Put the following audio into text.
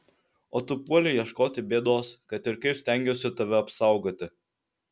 o tu puolei ieškoti bėdos kad ir kaip stengiausi tave apsaugoti